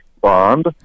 bond